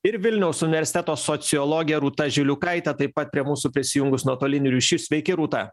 ir vilniaus universiteto sociologė rūta žiliukaitė taip pat prie mūsų prisijungus nuotoliniu ryšiu sveiki rūta